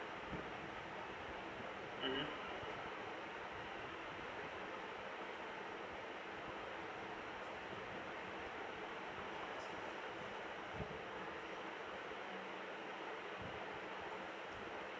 mmhmm